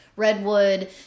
redwood